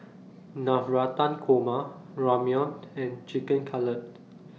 Navratan Korma Ramyeon and Chicken Cutlet